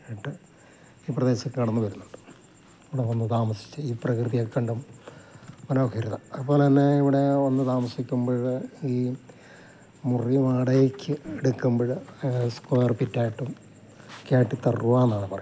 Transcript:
എന്നിട്ട് ഈ പ്രദേശത്ത് കടന്നുവരുന്നുണ്ട് ഇവിടെ വന്ന് താമസിച്ച് ഈ പ്രകൃതിയൊക്കെ കണ്ട് മനോഹാരിത അതുപോലെത്തന്നെ ഇവിടെ വന്ന് താമസിക്കുമ്പോള് ഈ മുറി വാടകയ്ക്കെടുക്കുമ്പോള് സ്ക്വയർ ഫീറ്റ് ആയിട്ടുമൊക്കെയായിട്ട് ഇത്ര രൂപയെന്നാണ് പറയുന്നത്